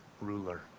ruler